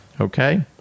Okay